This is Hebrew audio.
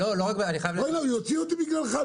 רגע, הוא יוציא אותי בגללך.